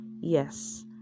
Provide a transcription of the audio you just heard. Yes